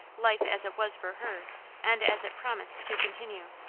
life as it was for her and as it promised to continue.